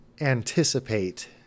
anticipate